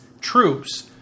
troops